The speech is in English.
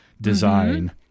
design